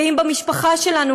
גאים במשפחה שלנו,